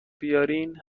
بیارین